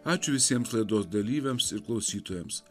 ačiū visiems laidos dalyviams ir klausytojams